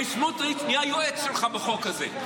הרי סמוטריץ' יהיה היועץ שלך בחוק הזה.